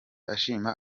ashima